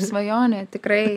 svajonė tikrai